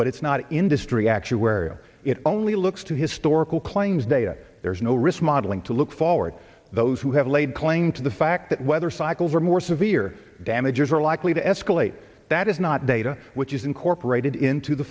but it's not an industry actuarial it only looks to historical claims data there's no risk modeling to look forward those who have laid claim to the fact that whether cycles are more severe damages are likely to escalate that is not data which is incorporated into the